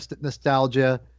nostalgia